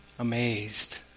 amazed